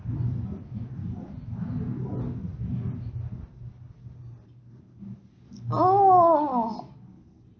oo